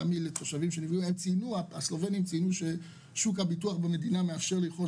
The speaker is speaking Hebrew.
הסלובנים ציינו ששוק הביטוח במדינה מאפשר לרכוש